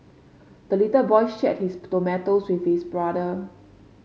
the little boy shared his tomatoes with his brother